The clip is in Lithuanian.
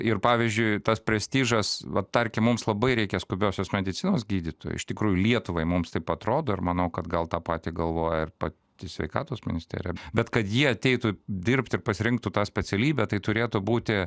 ir pavyzdžiui tas prestižas va tarkim mums labai reikia skubiosios medicinos gydytojų iš tikrųjų lietuvai mums taip atrodo ir manau kad gal tą patį galvoja ir pati sveikatos ministerija bet kad jie ateitų dirbt ir pasirinktų tą specialybę tai turėtų būti